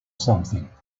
something